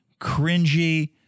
cringy